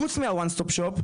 חוץ מה-ONE STOP SHOP,